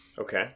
Okay